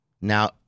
now